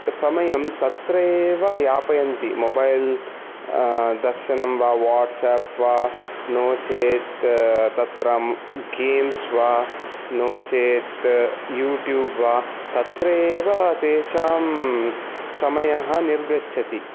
समयं तत्र एव यापयन्ति मोबैल् दर्शनं वा वाट्साप् वा नोचेत् तत्र गेम्स् वा नोचेत् युट्यूब् वा तत्र एव तेषां समय निर्गच्छति